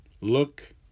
Look